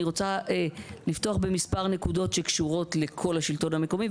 אני רוצה לפתוח במספר נקודות שקשורות לכל השלטון המקומי,